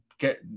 get